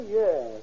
yes